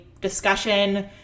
discussion